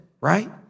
right